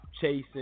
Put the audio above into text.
chasing